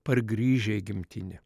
pargrįžę į gimtinę